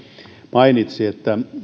mainitsi että